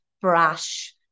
brash